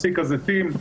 מסיק הזיתים,